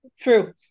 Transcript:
true